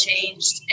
changed